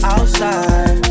Outside